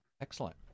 Excellent